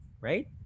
Right